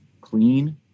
clean